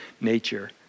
nature